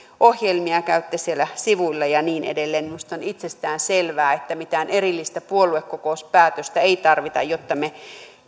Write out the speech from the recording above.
ohjelmia käytte siellä sivuilla ja niin edelleen minusta on itsestään selvää että mitään erillistä puoluekokouspäätöstä ei tarvita jotta me